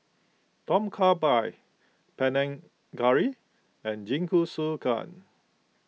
Tom Kha Gai Panang Curry and Jingisukan